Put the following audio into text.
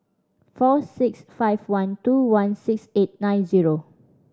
four six five one two one six eight nine zero